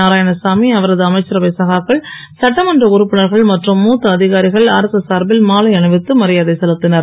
நாராயணசாமி அவரது அமைச்சரவை சகாக்கள் சட்ட மன்ற உறுப்பினர்கள் மற்றும் மூத்த அதிகாரிகள் அரசு சார்பில் மாலை அணிவித்து மரியாதை செலுத்தினர்